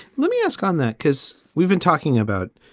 let me ask on that, because we've been talking about.